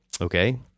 okay